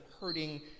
hurting